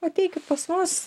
ateikit pas mus